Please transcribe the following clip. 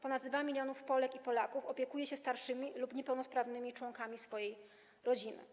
Ponad 2 mln Polek i Polaków opiekuje się starszymi lub niepełnosprawnymi członkami rodziny.